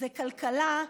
זאת כלכלה,